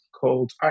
called